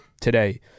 today